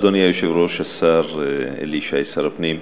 אדוני היושב-ראש, השר אלי ישי, שר הפנים,